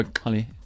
Holly